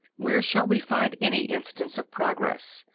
where shall we find any instance of progress,